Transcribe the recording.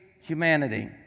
humanity